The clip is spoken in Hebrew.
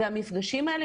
והמפגשים האלה,